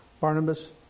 Barnabas